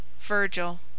VIRGIL